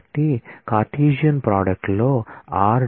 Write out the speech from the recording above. కాబట్టి Cartesian product లో r